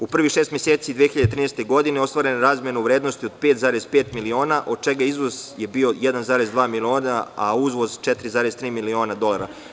U prvih šest meseci 2013. godine ostvarena je razmena u vrednosti od 5,5 miliona, od je čega izvoz bio 1,2 miliona, a uvoz 4,3 miliona dolara.